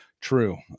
true